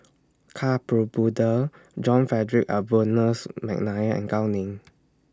Ka John Frederick Adolphus Mcnair and Gao Ning